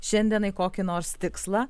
šiandienai kokį nors tikslą